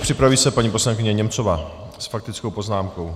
Připraví se paní poslankyně Němcová s faktickou poznámkou.